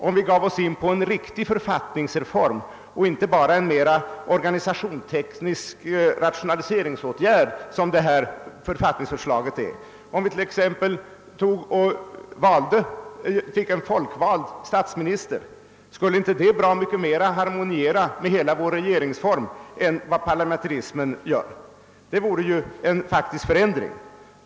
Om vi gav oss in på en riktig författningsreform och inte bara en mera organisationsteknisk rationaliseringsåtgärd, som detta författningsförslag innebär, om vi t.ex. finge en folkvald statsminister — skulle det inte bra mycket mer harmoniera med hela vår regeringsform än vad parlamentarismen gör? Det vore ju en faktisk förändring.